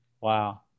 Wow